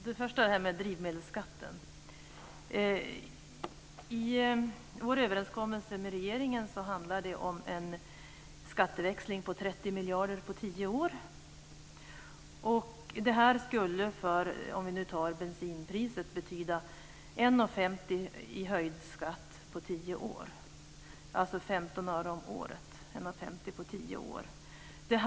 Herr talman! Först om drivmedelsskatten. I vår överenskommelse med regeringen handlar det om en skatteväxling på 30 miljarder på tio år. För bensinpriset skulle det betyda 1,50 i höjd skatt på tio år, alltså 15 öre om året.